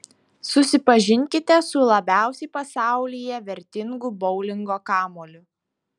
susipažinkite su labiausiai pasaulyje vertingu boulingo kamuoliu